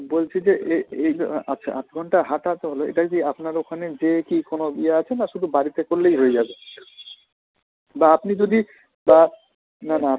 বলছি যে এ এই আ আচ্ছা আধ ঘণ্টা হাঁটা তাহলে এটাই কি আপনার ওখানে যেয়ে কী কোনোও ইয়ে আছে না শুধু বাড়িতে করলেই হয়ে যাবে বা আপনি যদি বা না না আপ